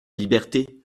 liberté